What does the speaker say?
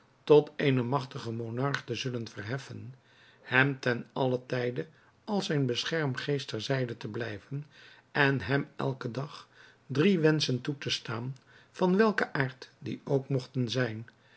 tot eenen magtigen monarch te zullen verheffen hem ten alle tijde als zijn beschermgeest ter zijde te blijven en hem elken dag drie wenschen toe te staan van welken aard die ook mogten zijn